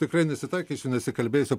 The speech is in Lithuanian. tikrai nesitaikysiu nesikalbėsiu